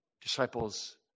disciples